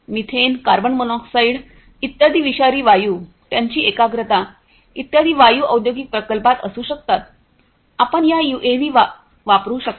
methane carbon monoxide इत्यादी विषारी वायू त्यांची एकाग्रता इत्यादी वायू औद्योगिक प्रकल्पात असू शकतात आपण या यूएव्ही वापरू शकता